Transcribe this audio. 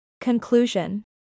Conclusion